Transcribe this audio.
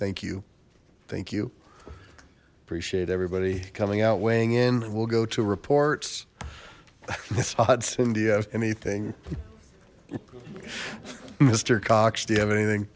thank you thank you appreciate everybody coming out weighing in we'll go to reports this hot cindy of anything mister cox do you have anything